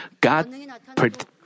God